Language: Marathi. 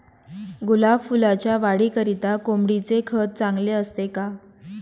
गुलाब फुलाच्या वाढीकरिता कोंबडीचे खत चांगले असते का?